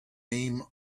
name